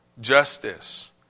justice